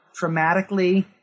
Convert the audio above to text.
traumatically